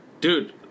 Dude